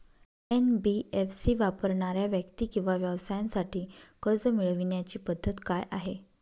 NBFC वापरणाऱ्या व्यक्ती किंवा व्यवसायांसाठी कर्ज मिळविण्याची पद्धत काय आहे?